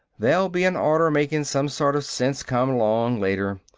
there'll be an order makin' some sort of sense come along later.